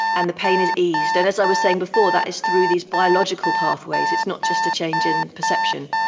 and the pain is eased. and as i was saying before, that is through these biological pathways, it's not just a change in perception.